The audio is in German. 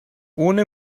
ohne